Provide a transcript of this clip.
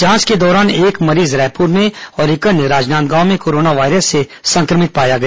जांच के दौरान एक मरीज रायपुर में और एक राजनांदगांव में कोरोना वायरस से संक्रमित पाया गया